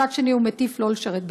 מצד שני הוא מטיף שלא לשרת בצה"ל.